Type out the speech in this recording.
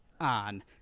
on